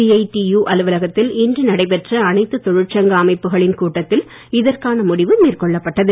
CITU அலுவலகத்தில் இன்று நடைபெற்ற அனைத்து தொழிற்சங்க அமைப்பகளின் கூட்டத்தில் இதற்கான முடிவு மேற்கொள்ளப்பட்டது